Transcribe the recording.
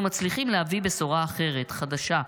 אנחנו מצליחים להביא בשורה אחרת, חדשה,